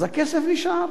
אז הכסף נשאר.